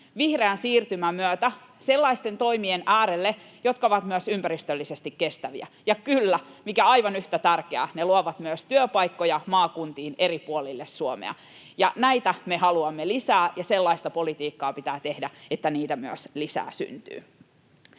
vihreän siirtymän myötä sellaisten toimien äärelle, jotka ovat myös ympäristöllisesti kestäviä. Ja kyllä, aivan yhtä tärkeää on: ne luovat myös työpaikkoja maakuntiin eri puolille Suomea. Näitä me haluamme lisää, ja sellaista politiikkaa pitää tehdä, että niitä myös lisää syntyy.